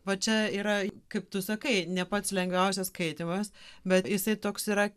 va čia yra kaip tu sakai ne pats lengviausias skaitymas bet jisai toks yra